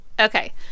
Okay